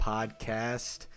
Podcast